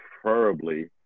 preferably